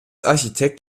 architekt